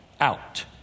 out